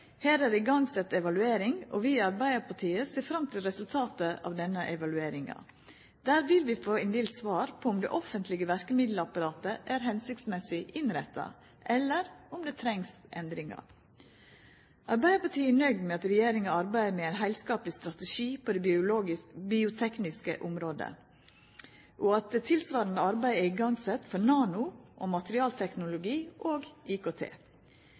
Her er det sett i gang ei evaluering, og vi i Arbeidarpartiet ser fram til resultatet av denne evalueringa. Der vil vi få ein del svar på om det offentlege verkemiddelapparatet er hensiktsmessig innretta, eller om det trengst endringar. Arbeidarpartiet er nøgd med at regjeringa arbeider med ein heilskapleg strategi på det bioteknologiske området, og at eit tilsvarande arbeid er sett i gang for nano- og materialteknologi og IKT.